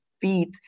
feet